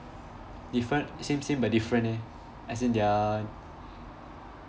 different same same but different eh as in they are